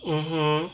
mmhmm